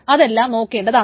അതെല്ലാം നോക്കേണ്ടതാണ്